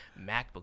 MacBook